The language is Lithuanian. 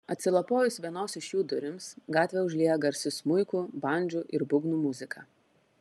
atsilapojus vienos iš jų durims gatvę užlieja garsi smuikų bandžų ir būgnų muzika